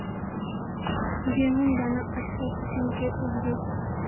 गेहूँर दाना अच्छा कुंसम के उगबे?